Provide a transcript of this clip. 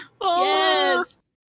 Yes